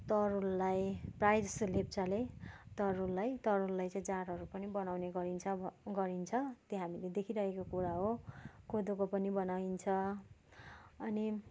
तरुललाई प्रायःजस्तो लेप्चाले तरुललाई तरुललाई चाहिँ जाँडहरू पनि बनाउने गरिन्छ गरिन्छ त्यो हामीले देखिरहेको कुरा हो कोदोको पनि बनाइन्छ अनि